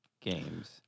Games